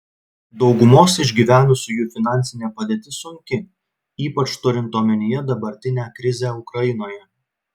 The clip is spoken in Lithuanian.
daugumos išgyvenusiųjų finansinė padėtis sunki ypač turint omenyje dabartinę krizę ukrainoje